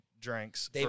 drinks